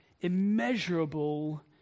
immeasurable